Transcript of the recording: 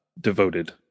devoted